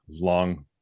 long